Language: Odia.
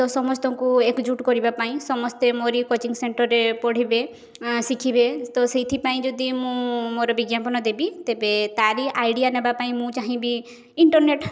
ତ ସମସ୍ତଙ୍କୁ ଏକଜୁଟ୍ କରିବାପାଇଁ ସମସ୍ତେ ମୋରି କୋଚିଂ ସେଣ୍ଟରରେ ପଢ଼ିବେ ଶିଖିବେ ତ ସେଇଥିପାଇଁ ଯଦି ମୁଁ ମୋର ବିଜ୍ଞାପନ ଦେବି ତେବେ ତାରି ଆଇଡ଼ିଆ ନେବାପାଇଁ ମୁଁ ଚାହିଁବି ଇଣ୍ଟରନେଟ୍